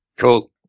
Cool